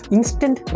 Instant